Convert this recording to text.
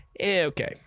Okay